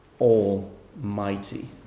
Almighty